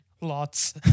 Lots